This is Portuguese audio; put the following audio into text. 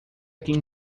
quem